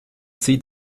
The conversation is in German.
zieht